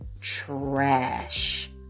trash